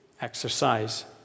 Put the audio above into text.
exercise